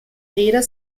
räder